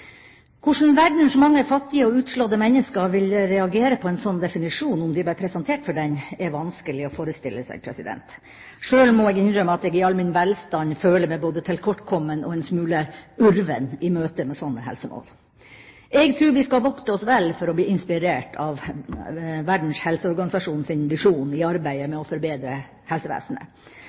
Hvordan verdens mange fattige og utslåtte mennesker ville reagere på en sånn definisjon om de ble presentert for den, er vanskelig å forestille seg. Sjøl må jeg innrømme at jeg i all min velstand føler meg både tilkortkommen og en smule urven i møte med sånne helsemål. Jeg tror vi skal vokte oss vel for å bli inspirert av Verdens helseorganisasjons visjon i arbeidet med å forbedre helsevesenet.